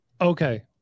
Okay